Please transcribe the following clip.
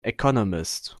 economist